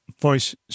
voice